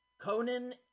Conan –